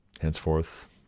henceforth